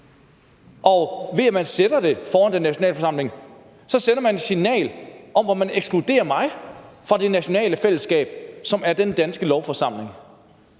Og ved at man sætter det foran nationalforsamlingen, sender man et signal om, at man ekskluderer mig fra det nationale fællesskab, som er den danske lovforsamling.